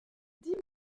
dis